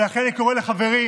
לכן אני קורא לחברים,